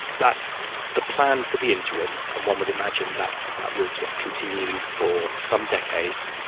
that's the plan for the interim, and one would imagine that that would continue for some decades.